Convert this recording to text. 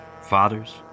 fathers